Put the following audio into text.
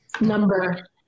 number